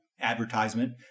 advertisement